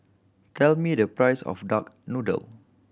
tell me the price of duck noodle